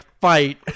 fight